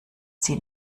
sie